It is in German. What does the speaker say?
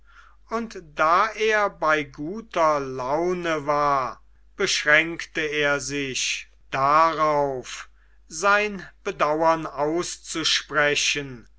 und da er bei guter laune war beschränkte er sich darauf sein bedauern auszusprechen